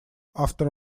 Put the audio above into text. after